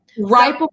Right